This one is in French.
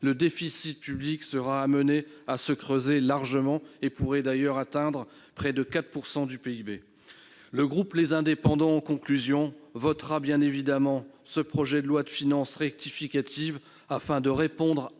le déficit public sera amené à se creuser largement et pourrait atteindre près de 4 % du PIB. Le groupe Les Indépendants votera, bien évidemment, ce projet de loi de finances rectificative afin de répondre à l'urgence de